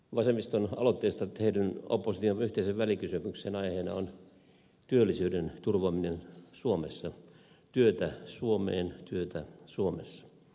vasemmiston aloitteesta tehdyn opposition yhteisen välikysymyksen aiheena on työllisyyden turvaaminen suomessa työtä suomeen työtä suomessa